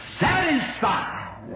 satisfied